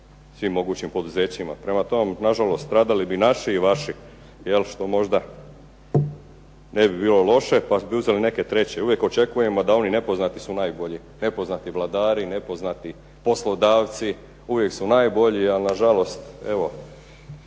svim mogućim poduzećima. Prema tom, nažalost, stradali bi naši i vaši što možda ne bi bilo loše pa bi uzeli neke treće. Uvijek očekujemo da oni nepoznati su najbolji, nepoznati vladari, nepoznati poslodavci uvijek su najbolji ali nažalost evo,